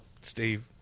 Steve